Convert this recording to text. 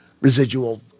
residual